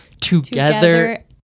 together